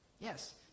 Yes